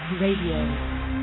Radio